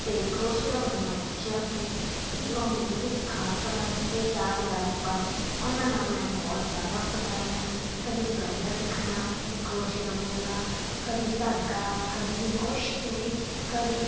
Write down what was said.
ਅਤੇ ਕਰੋਸ਼ੀਆ ਬੁਣਨਾ ਸਿੱਖਿਆ ਸੀ ਕਿ ਉਹ ਮੈਨੂੰ ਵੀ ਸਿਖਾ ਸਕਣ ਅਤੇ ਯਾਦਗਾਰੀ ਪਲ ਉਹਨਾਂ ਨਾਲ ਮੈਂ ਬਹੁਤ ਜ਼ਿਆਦਾ ਬਿਤਾਏ ਹਨ ਕਦੀ ਸਿਲਾਈਆਂ ਸਿੱਖਣਾ ਕਦੀ ਕਰੋਸ਼ੀਆ ਬੁਣਨਾ ਕਦੀ ਧਾਗਾ ਕਦੀ ਕੁਛ ਅਤੇ ਕਦੀ